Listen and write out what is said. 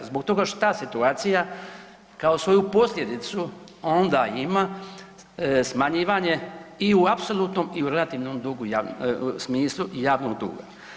Zbog toga što ta situacija kao svoju posljedicu onda ima smanjivanje i u apsolutnom i u relativnom smislu javnog duga.